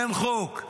אין חוק.